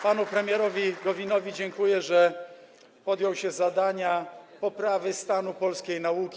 Panu premierowi Gowinowi dziękuję, że podjął się zadania poprawy stanu polskiej nauki.